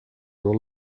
will